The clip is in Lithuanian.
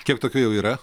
kiek tokių jau yra